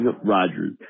Rodgers